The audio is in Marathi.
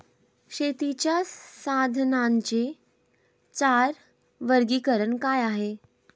शेतीच्या साधनांचे चार वर्गीकरण काय आहे?